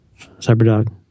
CyberDog